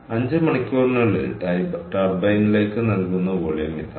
5 മണിക്കൂറിനുള്ളിൽ ടർബൈനിലേക്ക് നൽകുന്ന വോളിയം ഇതാണ്